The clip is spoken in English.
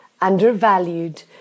undervalued